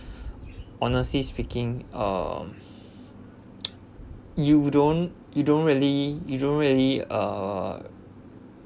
honestly speaking uh you don't you don't really you don't really uh